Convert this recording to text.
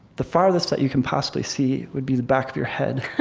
the farthest that you can possibly see would be the back of your head.